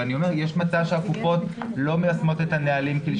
אבל יש מצב שהקופות לא מיישמות את הנהלים כלשונם.